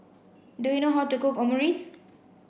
do you know how to cook Omurice